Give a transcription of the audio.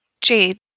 Jade